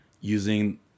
using